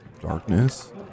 Darkness